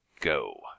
go